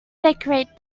decorate